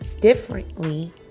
differently